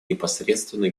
непосредственно